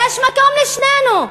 יש מקום לשנינו.